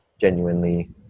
genuinely